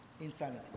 Insanity